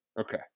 Okay